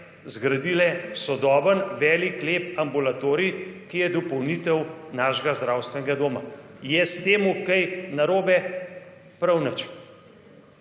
zgradile sodoben, velik, lep ambulatorij, ki je dopolnitev našega zdravstvenega doma. Je s tem kaj narobe? Prav nič.